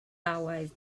always